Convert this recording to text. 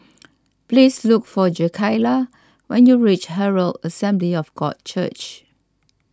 please look for Jakayla when you reach Herald Assembly of God Church